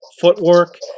footwork